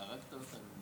הרגת אותנו.